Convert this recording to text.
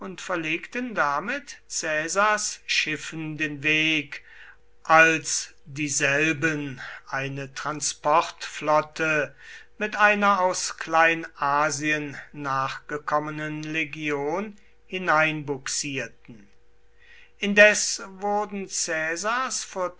verlegten damit caesars schiffen den weg als dieselben eine transportflotte mit einer aus kleinasien nachgekommenen legion hereinbugsierten indes wurden